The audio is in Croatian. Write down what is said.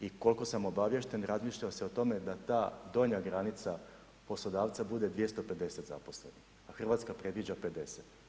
I koliko sam obavješten, razmišlja se o tome da ta donja granica poslodavca bude 250 zaposlenih, Hrvatska predviđa 50.